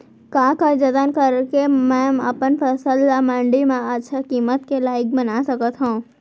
का का जतन करके मैं अपन फसल ला मण्डी मा अच्छा किम्मत के लाइक बना सकत हव?